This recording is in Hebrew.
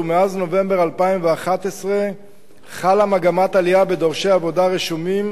ומאז נובמבר 2011 חלה מגמת עלייה במספר דורשי עבודה רשומים